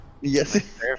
Yes